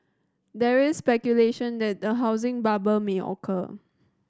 there is speculation that the housing bubble may occur